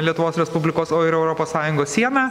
lietuvos respublikos o ir europos sąjungos sieną